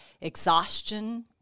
exhaustion